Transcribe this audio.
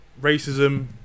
racism